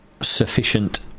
sufficient